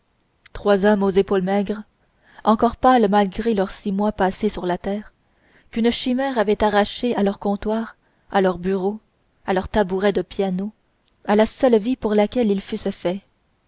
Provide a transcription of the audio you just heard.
trois hommes aux épaules maigres encore pâles malgré leurs six mois passés sur la terre qu'une chimère avait arrachés à leurs comptoirs à leurs bureaux à leurs tabourets de piano à la seule vraie vie pour laquelle ils fussent faits